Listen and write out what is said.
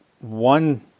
one